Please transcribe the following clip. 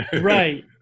right